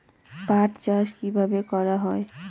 পাট চাষ কীভাবে করা হয়?